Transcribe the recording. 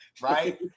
right